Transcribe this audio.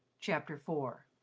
chapter four